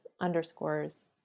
underscores